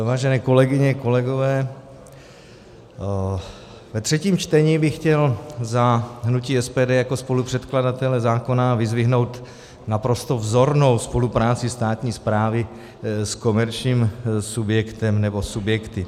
Vážené kolegyně, kolegové, ve třetím čtení bych chtěl za hnutí SPD jako spolupředkladatelé zákona vyzdvihnout naprostou vzornou spolupráci státní správy s komerčním subjektem nebo subjekty.